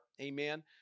Amen